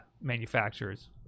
manufacturers